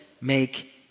make